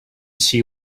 see